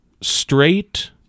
straight